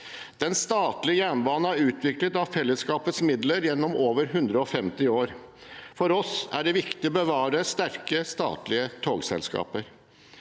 Den statlige jernbanen er utviklet av fellesskapets midler gjennom over 150 år. For oss er det viktig å bevare sterke statlige togselskaper.